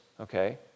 Okay